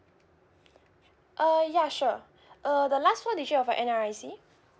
uh ya sure uh the last four digit of your N_R_I_C